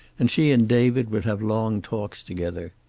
and she and david would have long talks together.